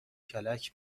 کلک